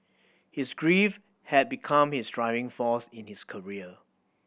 his grief had become his driving force in his career